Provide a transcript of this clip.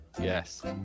Yes